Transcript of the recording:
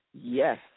Yes